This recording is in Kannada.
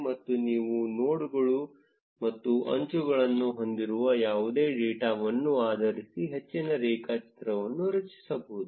ಮತ್ತು ನೀವು ನೋಡ್ಗಳು ಮತ್ತು ಅಂಚುಗಳನ್ನು ಹೊಂದಿರುವ ಯಾವುದೇ ಡೇಟಾವನ್ನು ಆಧರಿಸಿ ಹೆಚ್ಚಿನ ರೇಖಾಚಿತ್ರಗಳನ್ನು ರಚಿಸಬಹುದು